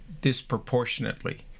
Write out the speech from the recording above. disproportionately